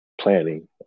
planning